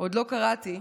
קראתי.